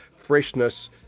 freshness